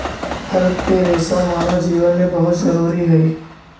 फल के रेसा मानव जीवन में बहुत जरूरी हई